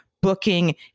Booking